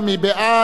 מי נגד?